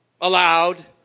allowed